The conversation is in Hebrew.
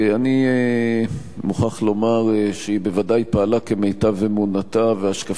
אני מוכרח לומר שהיא בוודאי פעלה כמיטב אמונתה והשקפת עולמה,